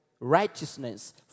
righteousness